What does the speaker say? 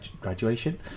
graduation